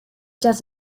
does